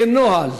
כנוהל,